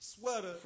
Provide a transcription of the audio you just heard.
sweater